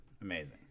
amazing